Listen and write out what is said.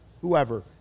whoever